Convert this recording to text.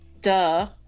Duh